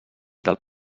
del